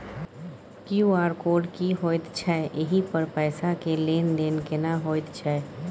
QR code की होयत छै एहि पर पैसा के लेन देन केना होयत छै?